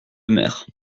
maire